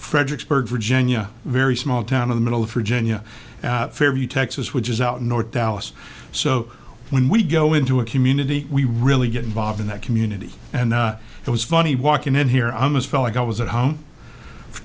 fredericksburg virginia very small town in the middle of her genya at fairview texas which is out in north dallas so when we go into a community we really get involved in that community and it was funny walking in here imus felt like i was at home for